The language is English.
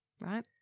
right